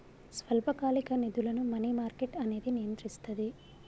స్వల్పకాలిక నిధులను money market అనేది నియంత్రిస్తది